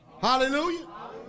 Hallelujah